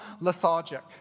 lethargic